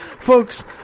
Folks